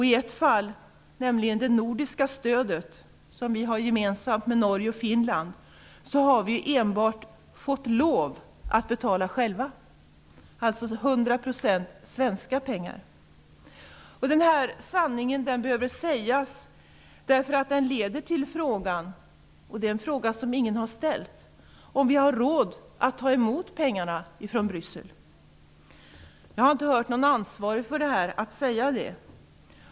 I ett fall, nämligen det nordiska stödet som vi har gemensamt med Norge och Finland, har vi enbart fått lov att betala själva -- Den här sanningen behöver sägas, eftersom den leder till en fråga som ingen har ställt. Har vi råd att ta emot pengar från Bryssel? Jag har inte hört någon som är ansvarig för det här säga det.